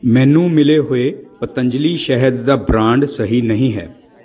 ਮੈਨੂੰ ਮਿਲੇ ਹੋਏ ਪਤੰਜਲੀ ਸ਼ਹਿਦ ਦਾ ਬ੍ਰਾਂਡ ਸਹੀ ਨਹੀਂ ਹੈ